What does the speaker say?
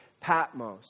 Patmos